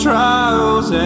trials